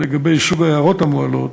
לגבי סוג ההערות המועלות,